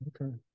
Okay